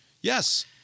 Yes